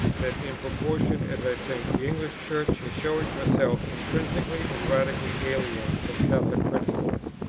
that, in proportion as i think the english church is showing herself intrinsically and radically alien from catholic principles,